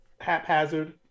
haphazard